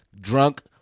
Drunk